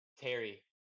terry